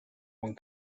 one